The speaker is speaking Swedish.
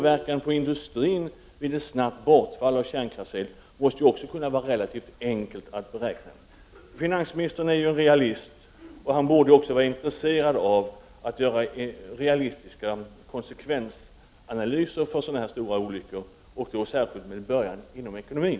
Det måste också vara relativt enkelt att beräkna följderna för industrin vid ett snabbt bortfall av kärnkraftsel. Finansministern är ju realist, och också han borde vara intresserad av att göra realistiska konsekvensanalyser av sådana här stora olyckor, särskilt med början inom ekonomin.